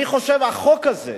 אני חושב שהחוק הזה,